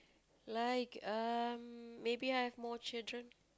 like um maybe I have more children